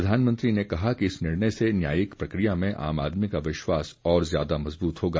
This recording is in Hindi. प्रधानमंत्री ने कहा कि इस निर्णय से न्यायिक प्रक्रिया में आम आदमी का विश्वास और ज्यादा मजबूत होगा